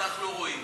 ואותך לא רואים.